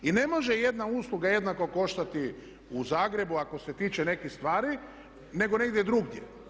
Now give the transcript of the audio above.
I ne može jedna usluga jednako koštati u Zagrebu ako se tiče nekih stvari nego negdje drugdje.